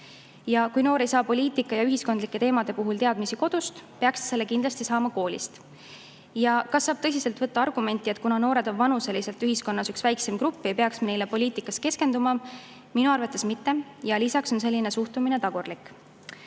Kui noor ei saa poliitika ja ühiskondlike teemade puhul teadmisi kodust, peaks ta neid kindlasti saama koolist. Kas saab tõsiselt võtta argumenti, et kuna noored on vanuseliselt ühiskonnas üks väikseim grupp, ei peaks neile poliitikas keskenduma? Minu arvates mitte, lisaks on selline suhtumine tagurlik.